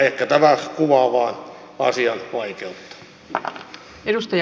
ehkä tämä kuvaa vain asian vaikeutta